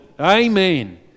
Amen